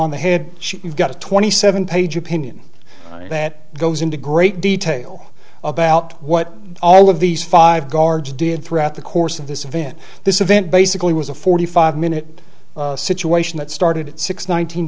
on the head she got a twenty seven page opinion that goes into great detail about what all of these five guards did throughout the course of this event this event basically was a forty five minute situation that started at six